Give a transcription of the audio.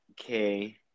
okay